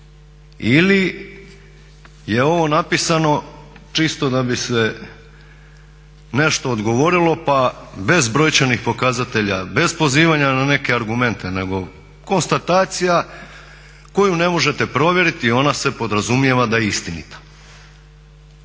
ili je ovo napisano čisto da bi se nešto odgovorilo, pa bez brojčanih pokazatelja, bez pozivanja na neke argumente, nego konstatacija koju ne možete provjeriti i ona se podrazumijeva da je istinita.